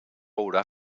haurà